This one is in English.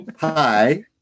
Hi